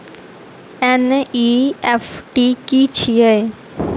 NEFT की छीयै?